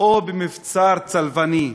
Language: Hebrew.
או במבצר צלבני?